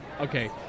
Okay